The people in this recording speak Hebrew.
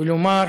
ולומר: